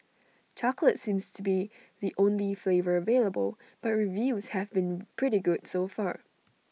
chocolate seems to be the only flavour available but reviews have been pretty good so far